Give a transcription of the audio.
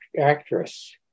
actress